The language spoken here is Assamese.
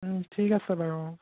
ঠিক আছে বাৰু